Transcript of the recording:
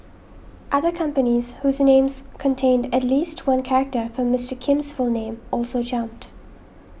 other companies whose names contained at least one character from Mister Kim's full name also jumped